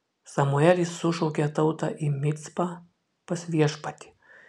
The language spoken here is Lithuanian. samuelis sušaukė tautą į micpą pas viešpatį